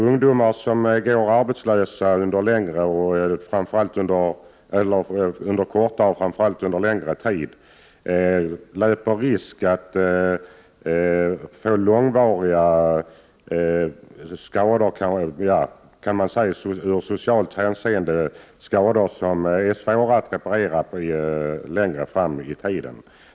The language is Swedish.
Ungdomar som går arbetslösa under kortare och framför allt under längre tid löper risk att i socialt hänseende få långvariga skador, som är svåra att reparera längre fram i tiden.